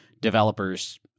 developers